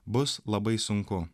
bus labai sunku